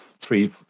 three